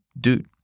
dude